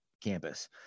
campus